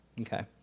Okay